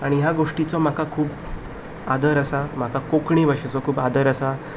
आनी ह्या गोश्टीचो म्हाका खूब आदर आसा कोंकणी भाशेचो खूब आदर आसा